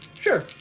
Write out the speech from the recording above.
sure